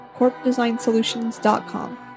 CorpDesignSolutions.com